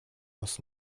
aus